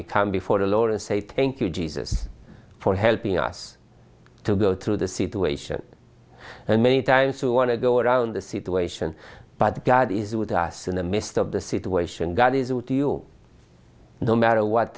you come before the lord and say thank you jesus for helping us to go to the situation and many times who want to go around the situation but god is with us in the midst of the situation god is with you no matter what